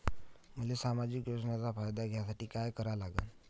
मले सामाजिक योजनेचा फायदा घ्यासाठी काय करा लागन?